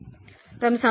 તમે સમજો છો